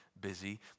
busy